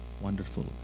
wonderful